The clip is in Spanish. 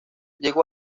llegó